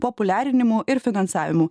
populiarinimu ir finansavimu